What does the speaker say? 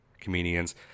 comedians